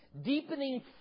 Deepening